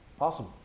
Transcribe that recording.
Awesome